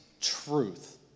truth